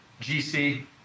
GC